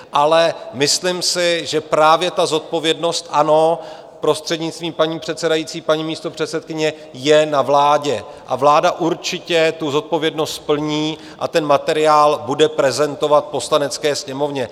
Ale myslím si, že právě ta zodpovědnost, ano, prostřednictvím paní místopředsedkyně, je na vládě, v vláda určitě tu zodpovědnost splní a ten materiál bude prezentovat Poslanecké sněmovně.